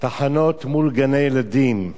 תחנות מול גני-ילדים.